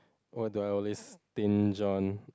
what do I always binge on